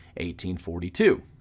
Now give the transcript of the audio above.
1842